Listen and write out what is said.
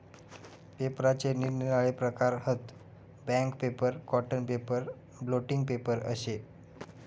पेपराचे निरनिराळे प्रकार हत, bank paper, cotton paper, blotting paper अशे